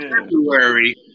February